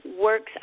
works